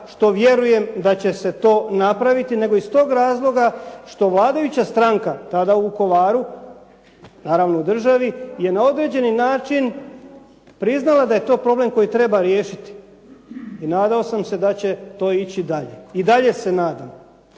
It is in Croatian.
što vjerujem da će se to napraviti, nego iz tog razloga što vladajuća stranka tada u Vukovaru, naravno u državi je na određeni način priznala da je to problem koji treba riješiti i nadao sam se da će to ići dalje. I dalje se nadam